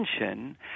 attention